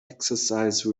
exercise